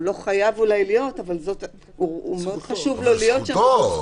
שאולי הוא לא חייב להיות אבל מאוד חשוב לו להיות שם וזו זכותו.